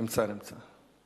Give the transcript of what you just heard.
נמצא, נמצא.